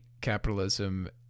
capitalism